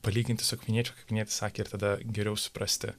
palyginti su akviniečiu kaip akvinietis sakė ir tada geriau suprasti